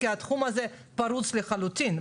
כי התחום הזה פרוץ לחלוטין,